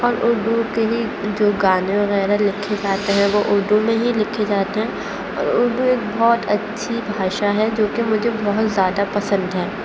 اور اردو کے ہی جو گانے وغیرہ لکھے جاتے ہیں وہ اردو میں ہی لکھے جاتے ہیں اور اردو ایک بہت اچھی بھاشا ہے جو کہ مجھے بہت زیادہ پسند ہے